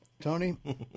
Tony